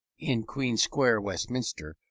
in queen square, westminster.